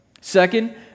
Second